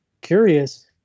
curious